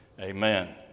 amen